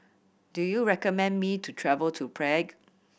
do you recommend me to travel to Prague